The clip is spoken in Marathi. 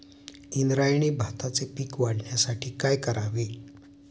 इंद्रायणी भाताचे पीक वाढण्यासाठी काय करावे?